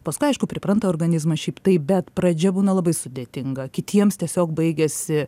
paskui aišku pripranta organizmas šiaip taip bet pradžia būna labai sudėtinga kitiems tiesiog baigiasi